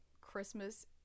Christmas